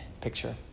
picture